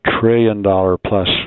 trillion-dollar-plus